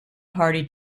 party